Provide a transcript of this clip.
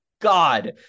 god